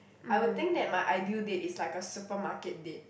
I would think that my ideal date is like a supermarket date